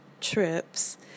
trips